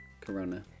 Corona